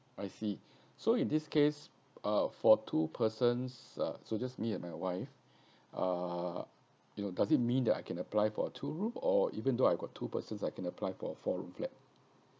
I see so in this case uh for two persons uh so just me and my wife uh you know does it mean that I can apply for a two room or even though I got two persons I can apply for four room flat